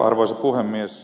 arvoisa puhemies